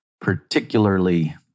particularly